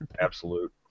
Absolute